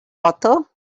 author